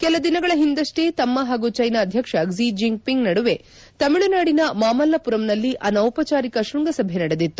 ಕೆಲ ದಿನಗಳ ಹಿಂದಷ್ಟೇ ತಮ್ಮ ಹಾಗೂ ಚೈನಾ ಅಧ್ಯಕ್ಷ ಕ್ಷಿ ಜಿಂಗ್ಪಿಂಗ್ ನಡುವೆ ತಮಿಳುನಾಡಿನ ಮಾಮಲ್ಲಪುರಂನಲ್ಲಿ ಅನೌಪಚಾರಿಕ ಶೃಂಗಸಭೆ ನಡೆದಿತ್ತು